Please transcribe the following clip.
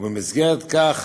ובמסגרת זו,